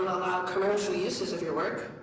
commercial uses of your work?